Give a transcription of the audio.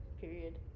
Period